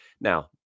Now